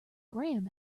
graham